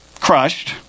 crushed